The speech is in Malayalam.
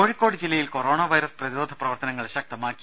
കോഴിക്കോട് ജില്ലയിൽ കൊറോണ വൈറസ് പ്രതിരോധപ്രവർത്തനങ്ങൾ ശക്തമാക്കി